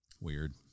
Weird